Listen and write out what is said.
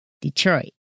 Detroit